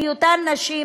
בהיותן נשים,